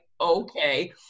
okay